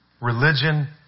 religion